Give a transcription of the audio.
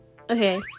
Okay